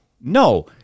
no